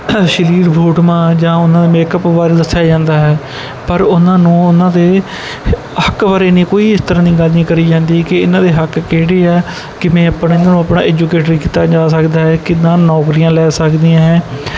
ਅਸ਼ਲੀਲ ਫੋਟੋਆਂ ਜਾਂ ਉਹਨਾਂ ਦੇ ਮੇਕਅਪ ਬਾਰੇ ਦੱਸਿਆ ਜਾਂਦਾ ਹੈ ਪਰ ਉਹਨਾਂ ਨੂੰ ਉਹਨਾਂ ਦੇ ਹੱਕ ਬਾਰੇ ਨਹੀਂ ਕੋਈ ਇਸ ਤਰ੍ਹਾਂ ਦੀ ਗੱਲ ਨਹੀਂ ਕਰੀ ਜਾਂਦੀ ਕਿ ਇਹਨਾਂ ਦੇ ਹੱਕ ਕਿਹੜੇ ਆ ਕਿਵੇਂ ਆਪਣਾ ਇਹਨੂੰ ਆਪਣਾ ਐਜੂਕੇਟਰੀ ਕੀਤਾ ਜਾ ਸਕਦਾ ਹੈ ਕਿੱਦਾਂ ਨੌਕਰੀਆਂ ਲੈ ਸਕਦੀਆਂ ਹੈ